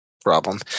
problem